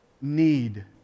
need